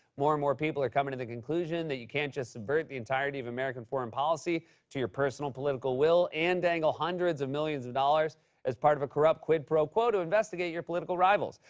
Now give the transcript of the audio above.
more and more people are coming to the conclusion that you can't just subvert the entirety of american foreign policy to your personal political will and dangle hundreds of millions of dollars as part of a corrupt quid pro quo to investigate your political rivals.